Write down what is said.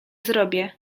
zrobię